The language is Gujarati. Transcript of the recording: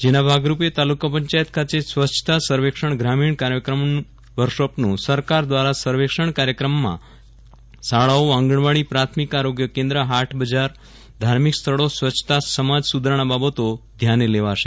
જેના ભાગ રૂપે તાલુકા પંચાયત ખાતે સ્વચ્છતા સર્વેક્ષણ ગ્રામીણ કાર્યક્રમ વર્કશોપનું સરકાર દ્વારા સર્વેક્ષણ કાર્યક્રમમાં શાળાઓ આંગણવાડી પ્રાથમિક આરોગ્ય કેન્દ્ર હાટ બજાર ધાર્મિક સ્થળો સ્વચ્છતા સમાજ સુધારણા બાબતો ધ્યાને લેવાશે